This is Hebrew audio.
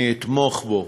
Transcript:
אני אתמוך בו,